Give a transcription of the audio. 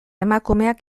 emakumeak